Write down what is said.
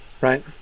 Right